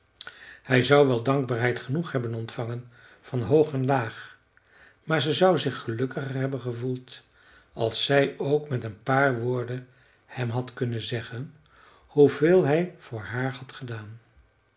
hij zou wel dankbaarheid genoeg hebben ontvangen van hoog en laag maar ze zou zich gelukkiger hebben gevoeld als zij ook met een paar woorden hem had kunnen zeggen hoe veel hij voor haar had gedaan